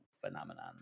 phenomenon